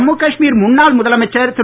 ஜம்மு காஷ்மீர் முன்னாள் முதலமைச்சர் திரு